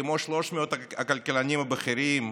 כמו 300 הכלכלנים הבכירים,